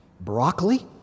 broccoli